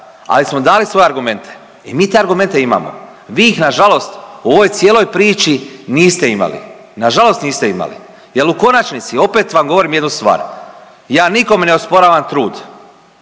Ali smo dali svoje argumente i mi te argumente imamo. Vi ih nažalost u ovoj cijeloj priči niste imali. Nažalost niste imali. Jer u konačnici, opet vam govorim jednu stvar. Ja nikome ne osporavam trud.